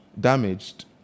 damaged